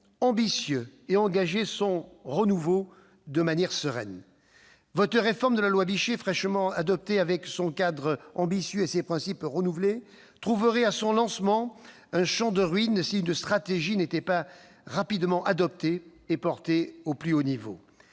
ambitieux, et engager son renouveau sereinement ? Votre réforme de la loi Bichet fraîchement adoptée, avec son cadre ambitieux et ses principes renouvelés, trouverait à son lancement un champ de ruines, si une stratégie n'était pas rapidement adoptée et portée au plus haut niveau.